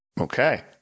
Okay